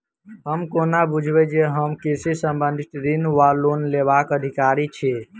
हम कोना बुझबै जे हम कृषि संबंधित ऋण वा लोन लेबाक अधिकारी छी?